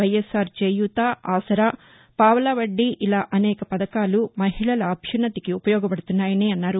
వైఎస్సార్ చేయూత ఆసరా పావలా వద్దీ ఇలా అనేక పథకాలు మహిళల అభ్యున్నతికి ఉపయోగపడుతున్నాయని అన్నారు